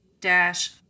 dash